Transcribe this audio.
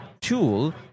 tool